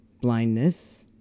blindness